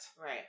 right